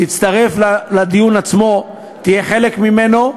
תצטרף לדיון עצמו, תהיה חלק ממנו,